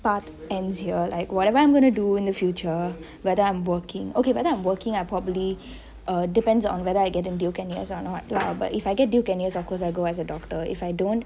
part ends here like whatever I'm going to do in the future whether I'm working okay whether I'm working I probably err depends on whether I get in Duke N_U_S or not lah but if I get Duke N_U_S of course I go as a doctor if I don't